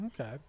Okay